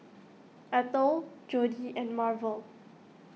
Eathel Jodi and Marvel